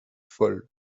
folle